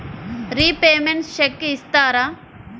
Repayments check చేస్తారా?